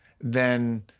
then-